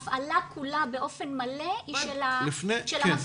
ההפעלה כולה באופן מלא היא של המפעילים.